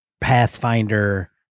Pathfinder